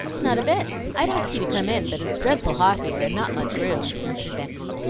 not a bit. i'd ask you to come in, but it's dreadful hot here, and not much room, answered becky,